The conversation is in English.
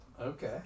Okay